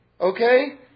Okay